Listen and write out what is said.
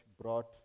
brought